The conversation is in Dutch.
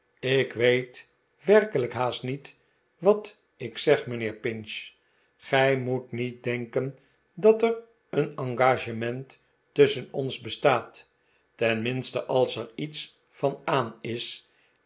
ik weet werkelijk haast niet wat ik zeg mijnheer pinch gij moet niet denken dat er een engagement tusschen ons bestaat tenminste als er iets van aan is